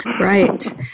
Right